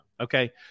Okay